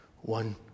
One